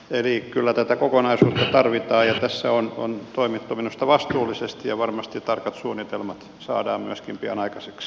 eli kyllä tätä kokonaisuutta tarvitaan ja tässä on toimittu minusta vastuullisesti ja varmasti tarkat suunnitelmat saadaan myöskin pian aikaiseksi